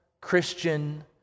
Christian